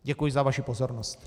Děkuji za vaši pozornost.